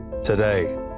Today